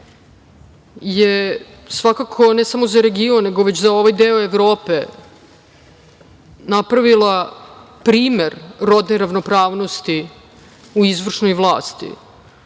je svakako ne samo za region, nego i za ovaj deo Evrope, napravila primer rodne ravnopravnosti u izvršnoj vlasti,